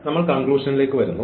നമ്മൾ കൺക്ലൂഷനിലേക്ക് വരുന്നു